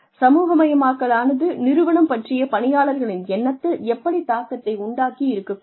சமூகமயமாக்கல் ஆனது நிறுவனம் பற்றிய பணியாளர்களின் எண்ணத்தில் எப்படித் தாக்கத்தை உண்டாக்கி இருக்கக் கூடும்